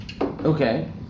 Okay